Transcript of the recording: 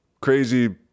crazy